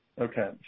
okay